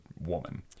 woman